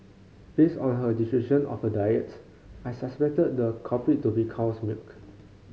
based on her description of her diets I suspected the culprit to be cow's milk